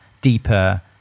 deeper